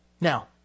Now